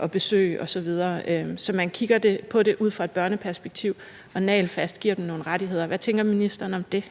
og besøg osv., altså så man kigger på det ud fra et børneperspektiv og nagelfast giver dem nogle rettigheder? Hvad tænker ministeren om det?